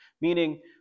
Meaning